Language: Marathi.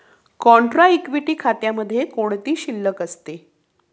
कॉन्ट्रा इक्विटी खात्यामध्ये कोणती शिल्लक असते?